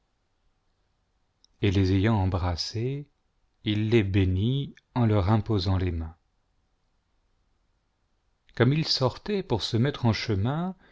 et les ayant embrassés il les bénit en leur imposant les mains comme il sortait pour se mettre en chemin